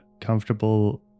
comfortable